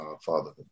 fatherhood